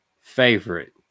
favorite